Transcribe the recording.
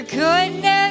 goodness